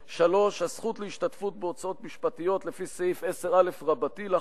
3. הזכות להשתתפות בהוצאות משפטיות לפי סעיף 10א לחוק,